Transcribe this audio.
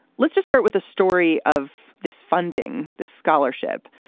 let's just start with a story of this funding, the scholarship.